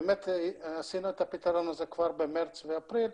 באמת עשינו את הפתרון הזה כבר במרץ ואפריל,